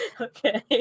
Okay